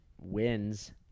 wins